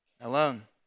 Alone